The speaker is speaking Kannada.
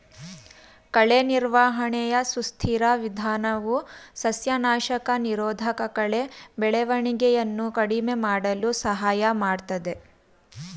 ಕಳೆ ನಿರ್ವಹಣೆಯ ಸುಸ್ಥಿರ ವಿಧಾನವು ಸಸ್ಯನಾಶಕ ನಿರೋಧಕಕಳೆ ಬೆಳವಣಿಗೆಯನ್ನು ಕಡಿಮೆ ಮಾಡಲು ಸಹಾಯ ಮಾಡ್ತದೆ